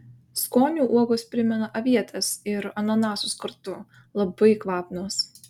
skoniu uogos primena avietes ir ananasus kartu labai kvapnios